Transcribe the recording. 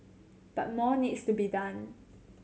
but more needs to be done